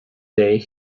day